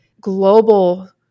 global